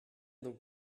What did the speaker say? donc